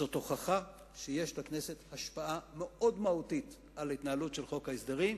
זאת הוכחה שיש לכנסת השפעה מאוד מהותית על ההתנהלות של חוק ההסדרים,